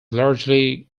largely